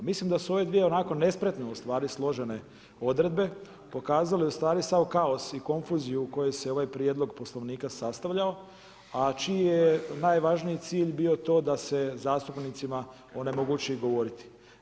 Mislim da su ove dvije onako nespretno u stvari složene odredbe pokazale sav kaos i konfuziju u kojoj se ovaj Prijedlog Poslovnika sastavljao, a čiji je najvažniji cilj bio to da se zastupnicima onemogući govoriti.